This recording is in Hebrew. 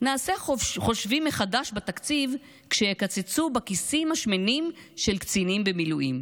נעשה חושבים מחדש בתקציב כשיקצצו בכיסים השמנים של קצינים במילואים.